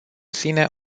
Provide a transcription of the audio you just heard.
sine